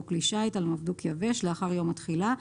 כלי שיט על מבדוק יבש לאחר יום התחילה,